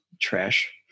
trash